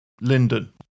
Linden